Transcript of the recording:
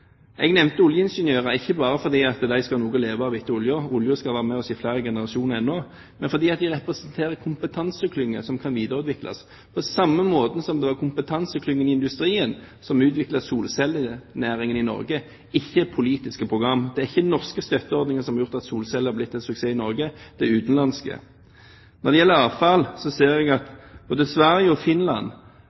Jeg nevnte oljeingeniører, ikke bare fordi de skal ha noe å leve av etter oljen – oljen skal være med oss ennå i flere generasjoner – men fordi de representerer en kompetanseklynge som kan videreutvikles, på samme måten som en har kompetanseklyngen i industrien som utvikler solcellenæringen i Norge, og ikke politiske program. Det er ikke norske støtteordninger som har gjort at solceller er blitt en suksess i Norge, det er utenlandske. Når det gjelder avfall, ser jeg at både Sverige og Finland